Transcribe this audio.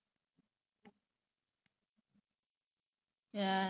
ya his look itself is just good